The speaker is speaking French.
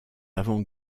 avant